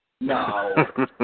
No